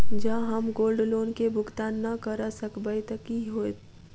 जँ हम gold loan केँ भुगतान न करऽ सकबै तऽ की होत?